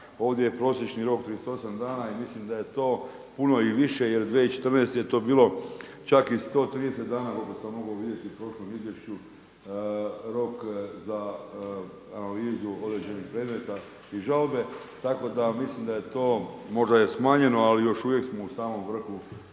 Ovdje je prosječni rok 38 dana i mislim da je to puno i više jer 2014. je to bilo čak i 130 dana koliko sam mogao vidjeti u prošlom izvješću rok za analizu određenih predmeta iz žalbe. Tako da mislim da je to moždaje smanjeno ali još uvijek smo u samom vrhu